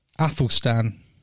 Athelstan